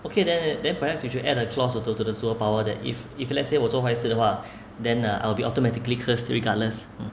okay then then then perhaps we should add a clause to to the superpower that if if let's say 我做坏事的话 then err I will be automatically cursed regardless